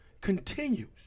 continues